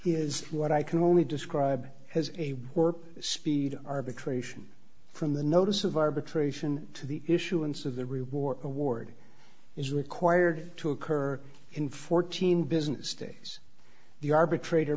is what i can only describe as a work speed arbitration from the notice of arbitration to the issuance of the reward award is required to occur in fourteen business days the arbitrator